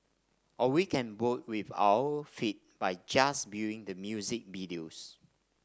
or we can vote with our feet by just viewing the music videos